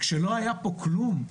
כשלא היה פה כלום,